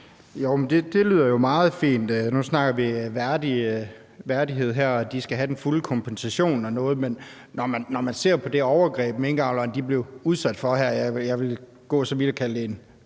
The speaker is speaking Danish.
Det lyder jo meget fint. Nu snakker vi værdighed her, og at de skal have den fulde kompensation og sådan noget, men når man ser på det overgreb, minkavlerne blev udsat for, vil jeg gå så vidt som at kalde det en